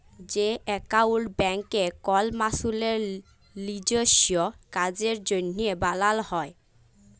যে একাউল্ট ব্যাংকে কল মালুসের লিজস্য কাজের জ্যনহে বালাল হ্যয়